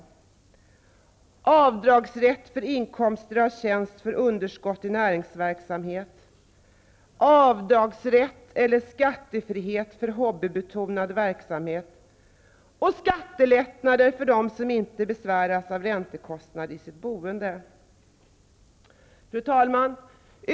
Det föreslås avdragsrätt från inkomst av tjänst för underskott i näringsverksamhet, avdragsrätt eller skattefrihet för hobbybetonad verksamhet och skattelättnader för dem som inte besväras av räntekostnader i sitt boende. Fru talman!